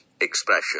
expression